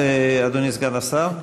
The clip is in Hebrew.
אדוני סגן השר.